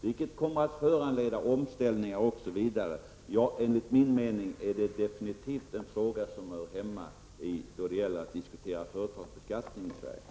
Detta kommer att föranleda bl.a. omställningar. Enligt min mening hör alltså frågan om matmomsen hemma i debatten om företagsbeskattningen i Sverige.